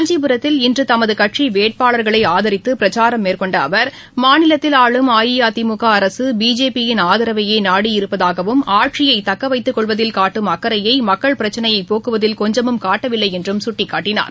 காஞ்சிபுரத்தில் இன்றுதமதுகட்சிவேட்பாளர்களைஆதரித்துபிரச்சாரம் மேற்கொண்டஅவர் ஆளும் அஇஅதிமுகஅரசுபிஜேபி யின் மாநிலத்தில் அட்சியைதக்கவைத்துக் கொள்வதில் காட்டும் அக்கறையை மக்கள் பிரச்சளையைபோக்குவதில் கொஞ்சமும் காட்டவில்லைஎன்றுசுட்டிக்காட்டினார்